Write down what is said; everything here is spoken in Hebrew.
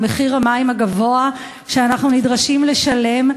מחיר המים הגבוה שאנחנו נדרשים לשלם,